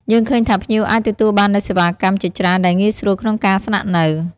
យើងឃើញថាភ្ញៀវអាចទទួលបាននូវសេវាកម្មជាច្រើនដែលងាយស្រួលក្នុងការស្នាក់នៅ។